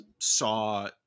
saw